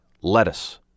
lettuce